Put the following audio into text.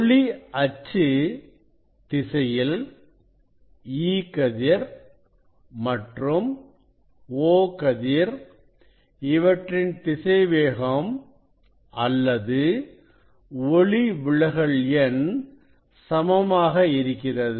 ஒளி அச்சு திசையில் E கதிர் மற்றும் O கதிர் இவற்றின் திசைவேகம் அல்லது ஒளிவிலகல் எண் சமமாக இருக்கிறது